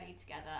together